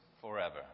forever